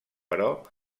però